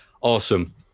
Awesome